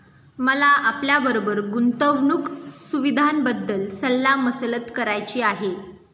मला आपल्याबरोबर गुंतवणुक सुविधांबद्दल सल्ला मसलत करायची आहे